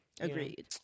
Agreed